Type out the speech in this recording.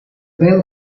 bell